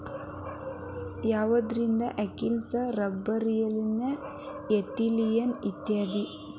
ಯಾವಂದ್ರ auxin, gibberellin, ethylene ಇತ್ಯಾದಿ